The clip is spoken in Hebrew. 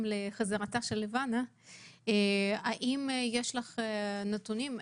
עד שלבנה תחזור אלינו, האם יש לך נתונים?